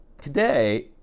today